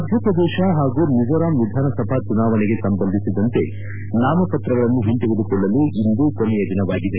ಮಧ್ಯಪ್ರದೇಶ ಹಾಗೂ ಮಿಂಜೋರಾಂ ವಿಧಾನಸಭಾ ಚುನಾವಣೆಗೆ ಸಂಬಂಧಿಸಿದಂತೆ ನಾಮಪತ್ರಗಳನ್ನು ಹಿಂತೆಗೆದುಕೊಳ್ಳಲು ಇಂದ ಕೊನೆಯ ದಿನವಾಗಿದೆ